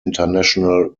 international